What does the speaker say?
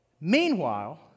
Meanwhile